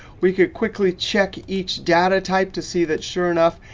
we could quickly check each data type to see that, sure enough,